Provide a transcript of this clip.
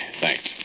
Thanks